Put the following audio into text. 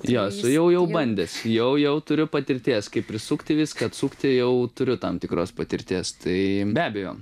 jo aš jau jau bandęs jau jau turiu patirties kaip prisukti viską atsukti jau turiu tam tikros patirties tai be abejo